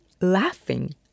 laughing